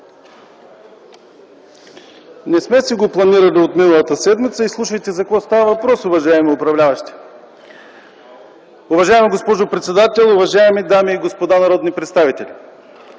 Не сме си го планирали от миналата седмица. Слушайте за какво става въпрос, уважаеми управляващи! Уважаема госпожо председател, уважаеми дами и господа народни представители!